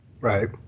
Right